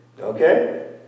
okay